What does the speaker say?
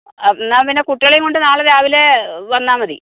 എന്നാൽ പിന്നെ കുട്ടികളേയും കൊണ്ട് നാളെ രാവിലെ വന്നാൽ മതി